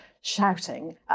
shouting